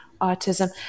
autism